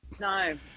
no